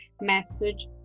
message